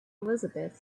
elizabeth